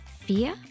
fear